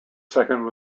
second